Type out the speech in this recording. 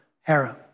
harem